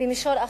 במישור אחר,